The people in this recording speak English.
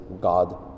God